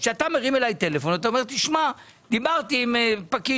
כשאתה מרים אלי טלפון ואתה אומר שדיברת עם פקיד